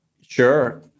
Sure